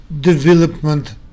development